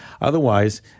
Otherwise